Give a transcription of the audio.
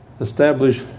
establish